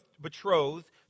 betrothed